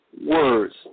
words